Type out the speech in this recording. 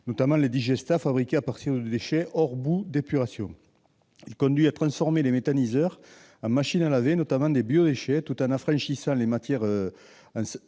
notamment les digestats, fabriqués à partir de déchets, hors boues d'épuration. Cela conduit à transformer les méthaniseurs en « machines à laver », notamment des biodéchets, tout en affranchissant les matières